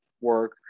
work